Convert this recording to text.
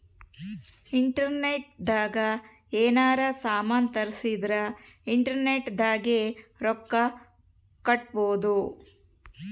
internet ದಾಗ ಯೆನಾರ ಸಾಮನ್ ತರ್ಸಿದರ ಇಂಟರ್ನೆಟ್ ದಾಗೆ ರೊಕ್ಕ ಕಟ್ಬೋದು